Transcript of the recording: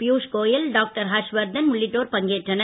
Piyush Goyal doctor Harshvardhan உள்ளிட்டோர் பங்கேற்றனர்